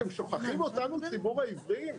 אתם שוכחים אותנו ציבור העיוורים?